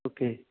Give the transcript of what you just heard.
okay